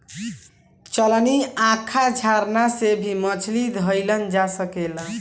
चलनी, आँखा, झरना से भी मछली धइल जा सकेला